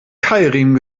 keilriemen